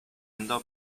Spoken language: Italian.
andò